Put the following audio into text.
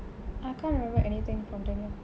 I can't remember anything from ten years